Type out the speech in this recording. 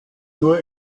nur